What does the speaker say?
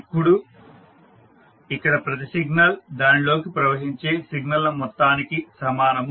ఇప్పుడు ఇక్కడ ప్రతి సిగ్నల్ దానిలోకి ప్రవహించే సిగ్నల్ ల మొత్తానికి సమానము